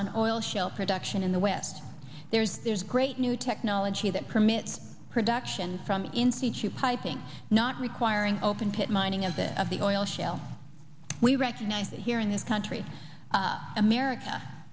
on oil shale production in the west there's there's great new technology that permits production from in situ piping not requiring open pit mining of the of the oil shale we recognize that here in this country america